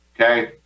Okay